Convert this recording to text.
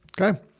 okay